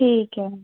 ठीक ऐ